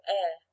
air